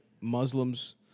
Muslims